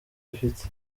ufite